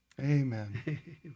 Amen